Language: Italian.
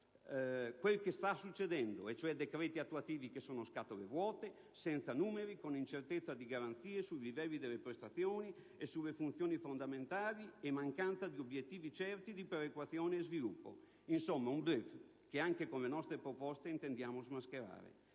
dire trovarsi di fronte a decreti attuativi assimilabili a scatole vuote, senza numeri, con incertezza di garanzie sui livelli delle prestazioni e sulle funzioni fondamentali, oltre ad una mancanza di obiettivi certi di perequazione e sviluppo. Insomma, un *bluff*, che anche con le nostre proposte intendiamo smascherare.